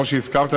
כמו שהזכרת,